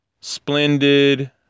splendid